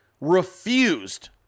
refused